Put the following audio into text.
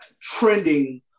trending